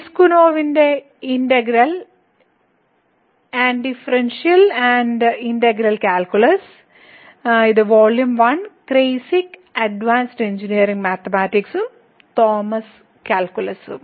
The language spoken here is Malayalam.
പിസ്കുനോവിന്റെ integral a differential and integral calculus ഇത് വോളിയം 1 ക്രെയിസിഗ് അഡ്വാൻസ്ഡ് എഞ്ചിനീയറിംഗ് മാത്തമാറ്റിക്സും തോമസ് കാൽക്കുലസും